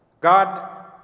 God